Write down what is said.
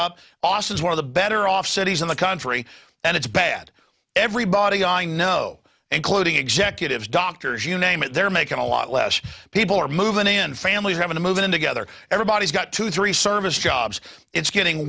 up austin is one of the better off cities in the country and it's bad everybody i know including executives doctors you name it they're making a lot less people are moving in families having to move in together everybody's got to three service jobs it's getting